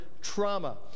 trauma